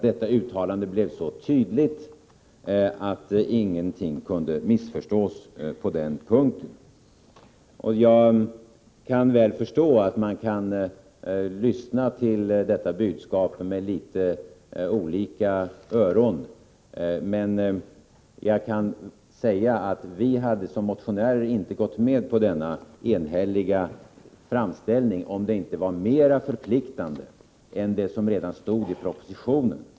Detta uttalande blev så tydligt att ingenting kunde missförstås på den punkten. Jag inser att man kan lyssna till detta budskap med litet olika öron. Men jag kan säga att vi som motionärer inte hade gått med på denna enhälliga framställning om den inte var mer förpliktande än det som redan stod i propositionen.